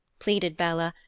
pleaded bella,